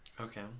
Okay